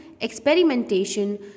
experimentation